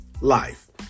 life